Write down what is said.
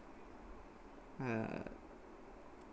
uh